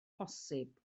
posib